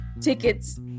tickets